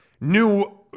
new